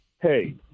hey